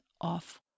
off